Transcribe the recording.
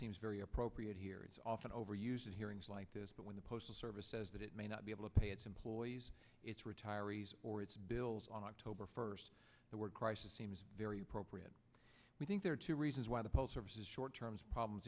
seems very appropriate here it's often overused hearings like this but when the postal service says that it may not be able to pay its employees its retirees or its bills on october first the word crisis seems very appropriate we think there are two reasons why the post service is short terms problems